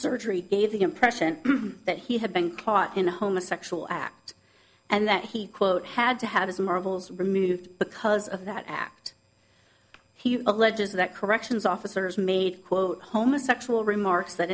surgery gave the impression that he had been caught in a homosexual act and that he quote had to have his marbles removed because of that act he alleges that corrections officers made quote homo sexual remarks that